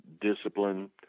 Discipline